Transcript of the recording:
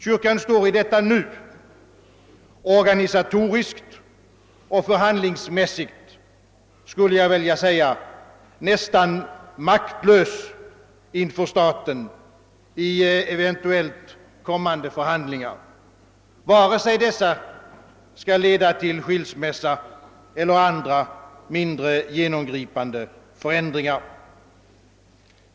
Kyrkan står i detta nu organisatoriskt och förhandlingsmässigt, skulle jag vilja säga, nästan maktlös inför staten vid eventuellt kommande förhandlingar, vare sig dessa skall leda till skilsmässa eller till mindre genomgripande förändringar.